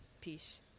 peace